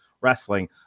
wrestling